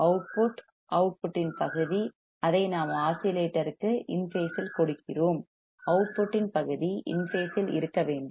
output அவுட்புட்டின் பகுதி அதை நாம் ஆஸிலேட்டர் க்கு இன் பேசில் கொடுக்கிறோம் அவுட்புட்டின் பகுதி இன் பேசில் இருக்க வேண்டும்